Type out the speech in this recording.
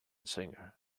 singer